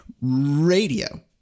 radio